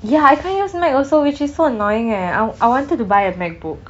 ya I can't use mac also which is so annoying eh I I wanted to buy a macbook